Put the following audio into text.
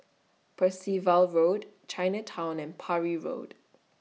Percival Road Chinatown and Parry Road